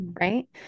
right